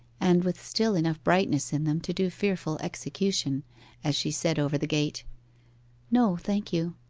and with still enough brightness in them to do fearful execution as she said over the gate no, thank you